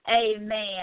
amen